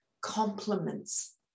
compliments